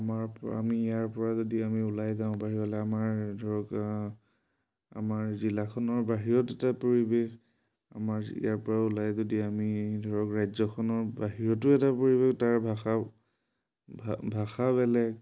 আমাৰ আমি ইয়াৰ পৰা যদি আমি ওলাই যাওঁ বাহিৰলৈ আমাৰ ধৰক আমাৰ জিলাখনৰ বাহিৰত এটা পৰিৱেশ আমাৰ ইয়াৰ পৰা ওলাই যদি আমি ধৰক ৰাজ্যখনৰ বাহিৰতো এটা পৰিৱেশ তাৰ ভাষা ভাষা বেলেগ